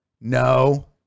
No